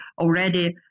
already